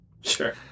Sure